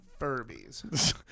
furbies